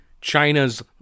China's